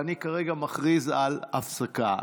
אני כרגע מכריז על הפסקה.